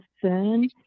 concern